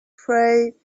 pray